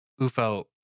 UFO